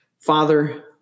Father